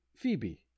phoebe